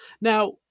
Now